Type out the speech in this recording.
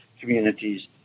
communities